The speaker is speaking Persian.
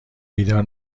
بیدار